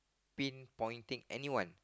pin pointing anyone